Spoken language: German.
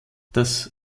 das